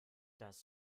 das